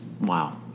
wow